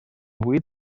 buit